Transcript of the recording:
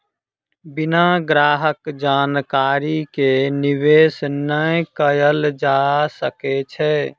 बिना ग्राहक जानकारी के निवेश नै कयल जा सकै छै